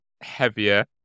heavier